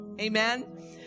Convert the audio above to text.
Amen